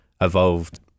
evolved